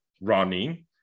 running